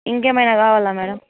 ఇంకేమైనా కావాలా మేడం